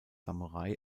samurai